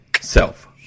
Self